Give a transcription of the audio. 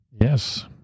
Yes